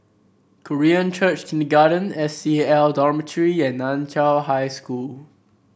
Korean Church Kindergarten S C A L Dormitory and Nan Chiau High School